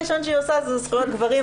הדבר הראשון שהיא עושה זה זכויות גברים.